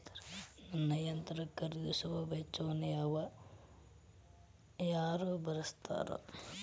ನನ್ನ ಯಂತ್ರ ಖರೇದಿಸುವ ವೆಚ್ಚವನ್ನು ಯಾರ ಭರ್ಸತಾರ್?